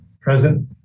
Present